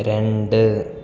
രണ്ട്